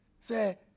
say